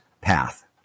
path